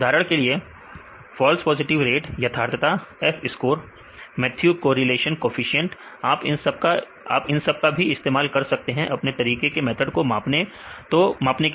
उदाहरण के लिए फॉल्स पॉजिटिव रेट यथार्थता F score Matthew correlation coefficient आप इन सब का भी इस्तेमाल कर सकते हैं अपने तरीके का प्रदर्शन को मापने में